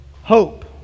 Hope